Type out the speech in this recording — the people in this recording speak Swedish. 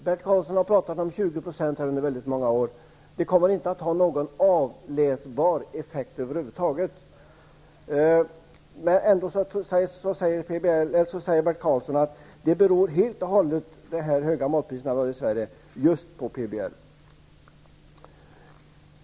Bert Karlsson har under många år pratat om 20 %. Beslutet kommer inte att ha någon avläsbar effekt över huvud taget. Ändå säger Bert Karlsson att de höga matpriserna i Sverige beror just på PBL.